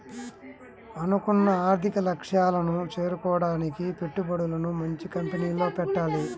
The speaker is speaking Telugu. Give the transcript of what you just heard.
అనుకున్న ఆర్థిక లక్ష్యాలను చేరుకోడానికి పెట్టుబడులను మంచి కంపెనీల్లో పెట్టాలి